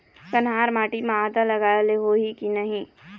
कन्हार माटी म आदा लगाए ले होही की नहीं?